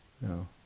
No